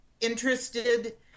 interested